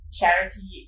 charity